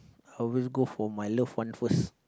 I always go for my love one first